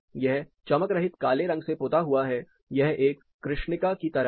यह चमक रहित काले रंग से पुता हुआ है यह एक कृष्णिका ब्लैक बॉडी की तरह है